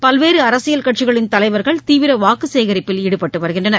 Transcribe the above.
பல்வேறு அரசியல் கட்சிகளின் தலைவர்கள் தீவிர வாக்கு சேகரிப்பில் ஈடுபட்டு வருகின்றனர்